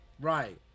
right